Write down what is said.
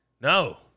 No